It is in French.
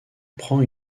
prend